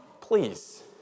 please